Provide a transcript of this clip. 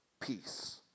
peace